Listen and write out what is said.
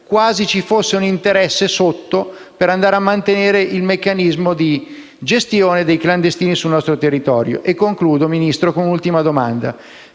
quasi ci fosse un interesse sotto per mantenere il meccanismo di gestione dei clandestini sul nostro territorio. Concludo, Ministro, con un'ultima domanda: